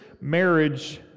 marriage